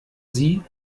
sie